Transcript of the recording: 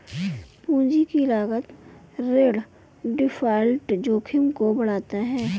पूंजी की लागत ऋण डिफ़ॉल्ट जोखिम को बढ़ाता है